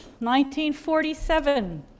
1947